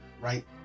right